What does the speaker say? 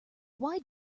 wide